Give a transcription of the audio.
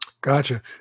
Gotcha